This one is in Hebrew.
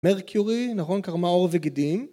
מרקיורי, נכון קרמה עור וגידים.